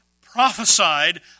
prophesied